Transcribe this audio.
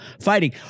fighting